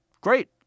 great